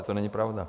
To není pravda.